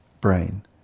brain